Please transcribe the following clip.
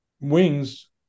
wings